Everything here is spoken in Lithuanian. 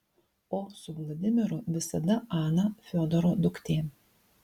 o su vladimiru visada ana fiodoro duktė